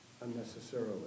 unnecessarily